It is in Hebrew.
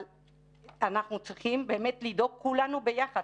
אנחנו צריכים באמת לדאוג כולנו ביחד,